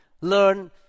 learn